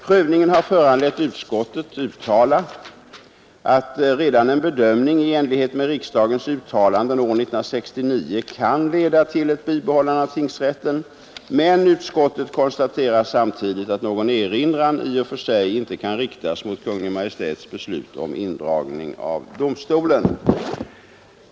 Prövningen har föranlett utskottet att uttala att redan en bedömning i enlighet med riksdagens uttalanden år 1969 kan leda till ett bibehållande av tingsrätten, men utskottet konstaterar samtidigt att någon erinran i och för sig inte kan riktas mot Kungl. Maj:ts beslut om indragning av domstolen.